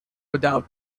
without